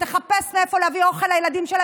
היא תחפש מאיפה להביא אוכל לילדים שלה.